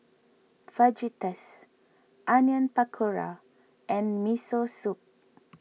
Fajitas Onion Pakora and Miso Soup